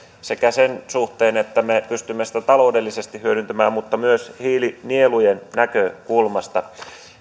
sekä sen suhteen että me pystymme niitä taloudellisesti hyödyntämään että myös hiilinielujen näkökulmasta